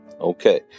Okay